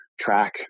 track